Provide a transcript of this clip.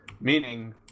meaning